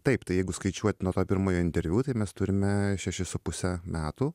taip tai jeigu skaičiuot nuo to pirmojo interviu tai mes turime šešis su puse metų